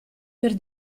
per